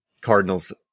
Cardinals